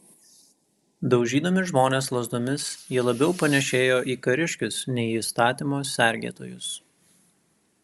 daužydami žmones lazdomis jie labiau panėšėjo į kariškius nei į įstatymo sergėtojus